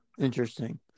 interesting